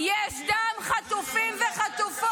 על הידיים שלכם יש דם חטופים וחטופות.